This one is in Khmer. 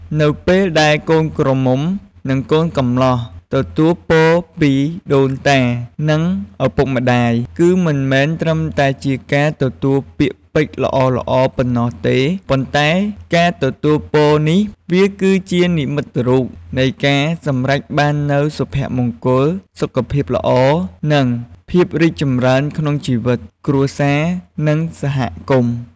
នៅពេលដែលកូនក្រមុំ និងកូនកំលោះទទួលពរពីដូនតានិងឪពុកម្តាយ គឺមិនមែនត្រឹមតែជាការទទួលពាក្យពេចន៍ល្អៗប៉ុណ្ណោះទេ ប៉ុន្ដែ ការទទួលពរជ័យនេះ វាគឺជានិមិត្តរូបនៃការសម្រេចបាននូវសុភមង្គល សុខភាពល្អ និងភាពរីកចម្រើនក្នុងជីវិត គ្រួសារ និងសហគមន៍។